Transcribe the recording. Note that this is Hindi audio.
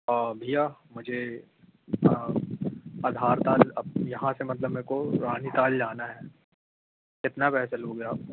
भैया मुझे आधारताल अब यहाँ से मतलब मेरे को रानीताल जाना है कितना पैसा लोगे आप